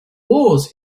wars